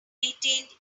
retained